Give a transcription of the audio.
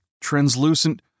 translucent